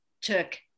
took